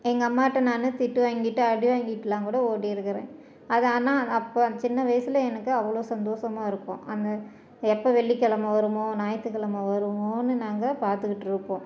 எங்கள் அம்மாகிட்ட நான் திட்டு வாங்கிகிட்டு அடிவாங்கிட்டு எல்லாம் கூட ஓடிருக்கிறேன் அது ஆனால் அப்போ அந்த சின்ன வயசில் எனக்கு அவ்வளோ சந்தோசமாக இருக்கும் அந்த எப்போ வெள்ளிக்கிழம வருமோ ஞாயித்துக்கிழம வருமோன்னு நாங்கள் பார்த்துக்கிட்ருப்போம்